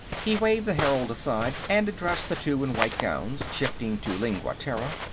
he waved the herald aside and addressed the two in white gowns, shifting to lingua terra.